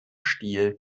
stil